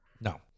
no